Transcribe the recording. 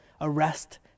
arrest